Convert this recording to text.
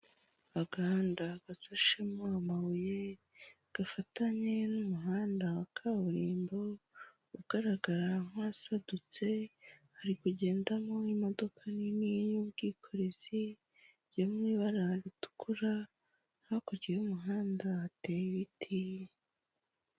Agahanda gasashemo amabuye, gafatanye n'umuhanda wa kaburimbo, ugaragara nk'uwasadutse, hari kugendamo imodoka nini y'ubwikorezi yo mu ibara ritukura, hakurya y'umuhanda hateye ibiti.